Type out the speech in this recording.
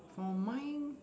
for mine